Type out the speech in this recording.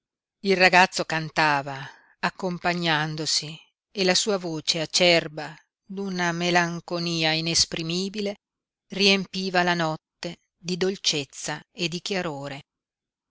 il ragazzo cantava accompagnandosi e la sua voce acerba d'una melanconia inesprimibile riempiva la notte di dolcezza e di chiarore